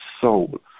soul